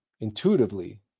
intuitively